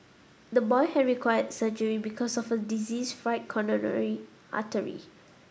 the boy had required surgery because of a diseased right coronary artery